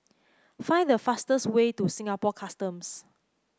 find the fastest way to Singapore Customs